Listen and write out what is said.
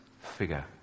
figure